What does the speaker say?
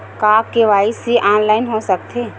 का KYC online हो सकथे?